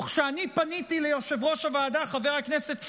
וכשאני פניתי ליושב-ראש הוועדה חבר הכנסת פוגל,